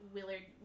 Willard